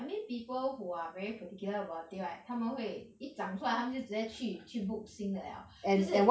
I mean people who are very particular about it right 他们会一长出来他们就直接去去 book 新的 liao 就是